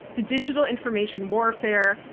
to digital information warfare,